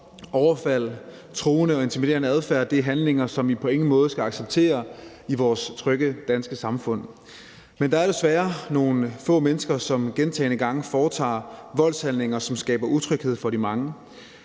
overfald og truende og intimiderende adfærd er handlinger, som vi på ingen måde skal acceptere i vores trygge danske samfund. Men der er desværre nogle få mennesker, som gentagne gange foretager voldshandlinger, som skaber utryghed for de mange.